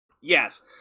Yes